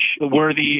worthy